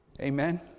Amen